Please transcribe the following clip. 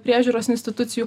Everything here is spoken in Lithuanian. priežiūros institucijų